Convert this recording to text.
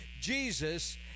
Jesus